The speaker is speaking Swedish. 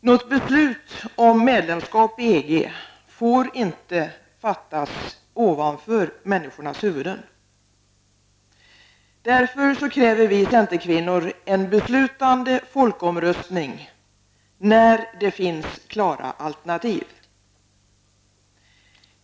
Något beslut om medlemskap i EG får inte fattas ovanför människornas huvuden. Därför kräver vi centerkvinnor en beslutande folkomröstning när det finns klara alternativ.